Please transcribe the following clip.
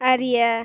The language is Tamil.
அறிய